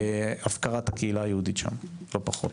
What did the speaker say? של הפקרת הקהילה היהודית שם, לא פחות,